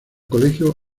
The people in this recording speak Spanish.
colegio